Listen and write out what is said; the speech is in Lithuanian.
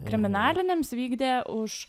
kriminaliniams vykdė už